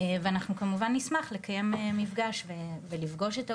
ואנחנו כמובן נשמח לקיים מפגש ולפגוש את העובדים.